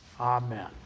amen